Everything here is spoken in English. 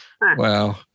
Wow